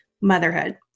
motherhood